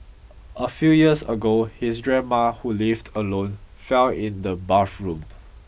a few years ago his grandmother who lived alone fell in the bathroom